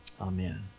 amen